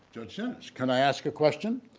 judge dennis can i ask a question?